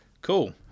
Cool